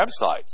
websites